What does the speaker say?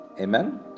Amen